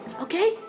okay